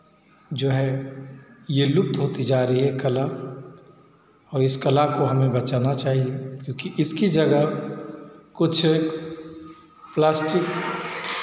जो है ये लुप्त होती जा रही है कला और इस कला को हमें बचाना चाहिये क्योंकि इसकी जगह कुछ प्लास्टिक